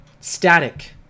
static